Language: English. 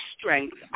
strength